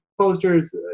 posters